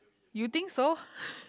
you think so